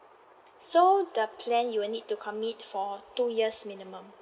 so the plan you will need to commit for two years minimum